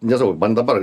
nedaug bent dabar